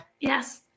yes